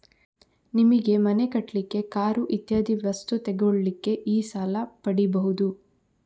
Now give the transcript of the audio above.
ನಿಮಿಗೆ ಮನೆ ಕಟ್ಲಿಕ್ಕೆ, ಕಾರು ಇತ್ಯಾದಿ ವಸ್ತು ತೆಗೊಳ್ಳಿಕ್ಕೆ ಈ ಸಾಲ ಪಡೀಬಹುದು